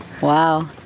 Wow